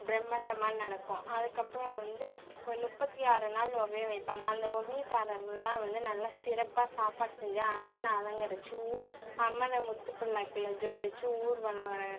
பிரம்மாண்டமாக நடக்கும் அதுக்கப்புறம் வந்து ஒரு முப்பத்தி ஆறு நாள் ஒபயம் வைப்பாங்க அந்த ஒபயதாரர்கள்லாம் வந்து நல்லா சிறப்பாக சாப்பாடு செஞ்சு அம்மனை அலங்கரித்து ஊர் அம்மனை முத்து பல்லாக்கில் ஜோடித்து ஊர்வலம் வர